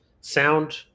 sound